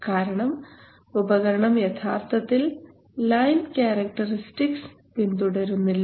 കാരണം ഉപകരണം യഥാർത്ഥത്തിൽ ലൈൻ ക്യാരക്ടറിസ്റ്റിക്സ് പിന്തുടരുന്നില്ല